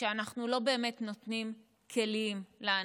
שאנחנו לא באמת נותנים כלים לאנשים,